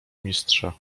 mistrza